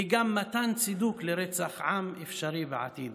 היא גם מתן צידוק לרצח עם אפשרי בעתיד,